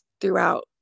throughout